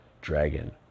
Dragon